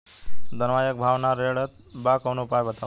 धनवा एक भाव ना रेड़त बा कवनो उपाय बतावा?